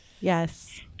yes